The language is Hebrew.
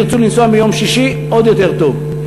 אם הם ירצו לנסוע מיום שישי, עוד יותר טוב.